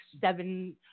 seven